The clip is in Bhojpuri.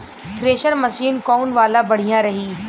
थ्रेशर मशीन कौन वाला बढ़िया रही?